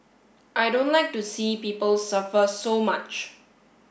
I don't like to see people suffer so much